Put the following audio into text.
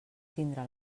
tindre